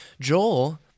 Joel